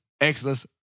Exodus